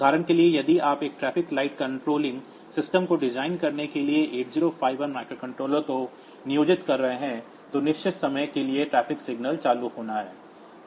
उदाहरण के लिए यदि आप एक ट्रैफिक लाइट कंट्रोलिंग सिस्टम को डिजाइन करने के लिए इस 8051 माइक्रोकंट्रोलर को नियोजित कर रहे हैं तो निश्चित समय के लिए ट्रैफिक सिग्नल चालू होना है